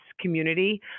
community